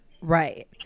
Right